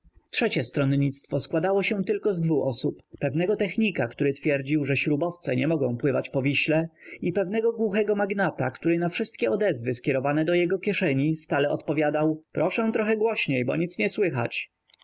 trzecie stronnictwo składało się tylko z dwu osób pewnego technika który twierdził że śrubowce nie mogą pływać po wiśle i pewnego głuchego magnata który na wszystkie odezwy skierowane do jego kieszeni stale odpowiadał proszę trochę głośniej bo nic nie słychać